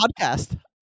podcast